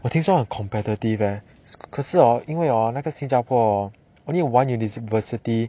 我听说很 competitive 可是哦因为 hor 那个新加坡 only one university